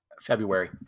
february